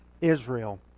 Israel